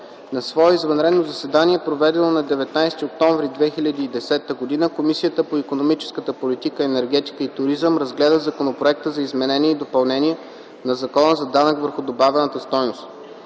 На свое извънредно заседание, проведено на 19 октомври 2010 г., Комисията по икономическата политика, енергетика и туризъм разгледа Законопроекта за изменение и допълнение на Закона за акцизите и данъчните складове.